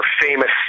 famous